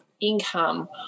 income